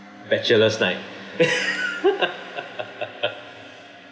bachelor's night